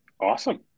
Awesome